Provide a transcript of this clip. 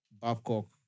Babcock